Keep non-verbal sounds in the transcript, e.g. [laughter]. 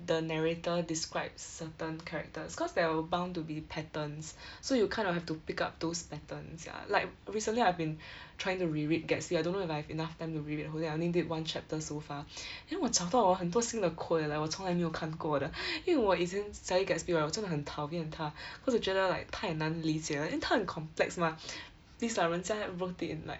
the narrator describes certain characters cause there will bound to be patterns [breath] so you kind of have to pick up those patterns ya like recently I've been [breath] trying to re-read Gatsby I don't know if I have enough time to read it whole day I only did one chapter so far [breath] then 我找到 hor 很多新的 code eh like 我从来没有看过的因为我以前 study Gatsby right 我真的很讨厌他 [breath] cause 我觉得 like 太难理解 then 他很 complex mah [breath] please lah 人家 wrote it in like